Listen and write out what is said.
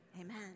Amen